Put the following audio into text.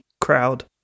crowd